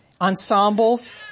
ensembles